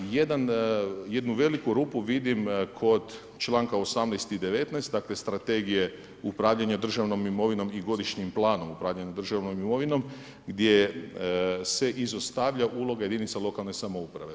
Jednu veliku rupu vidim kod članka 18. i 19. dakle Strategije upravljanja državnom imovinom i Godišnjim planom upravljanja državnom imovinom gdje se izostavlja uloga jedinca lokalne samouprave.